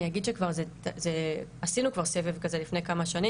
אני אגיד שעשינו כבר סבב כזה לפני כמה שנים